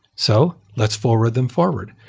so let's forward them forward,